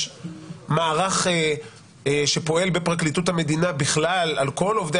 מערך שפועל בפרקליטות המדינה בכלל על כל עובדי